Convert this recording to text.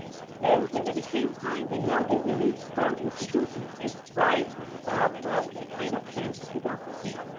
and then at the same time, we know that we need strong institutions as drivers of the kind of change that we want to see.